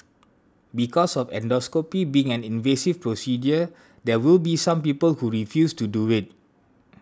because of endoscopy being an invasive procedure there will be some people who refuse to do it